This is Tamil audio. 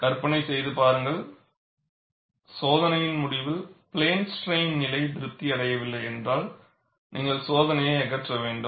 கற்பனை செய்து பாருங்கள் சோதனையின் முடிவில் பிளேன் ஸ்ட்ரைன்நிலை திருப்தி அடையவில்லை என்றால் நீங்கள் சோதனையை அகற்ற வேண்டும்